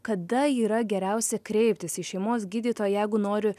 kada yra geriausia kreiptis į šeimos gydytoją jeigu nori